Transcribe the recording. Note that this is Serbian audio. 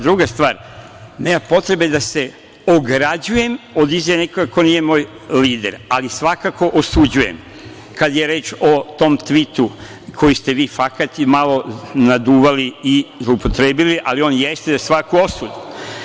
Druga stvar, nema potrebe da se ograđujem od izjave nekoga ko nije moj lider, ali svakako osuđujem kad je reč o tom tvitu, koji ste vi fakat i malo naduvali i zloupotrebili, ali on jeste za svaku osudu.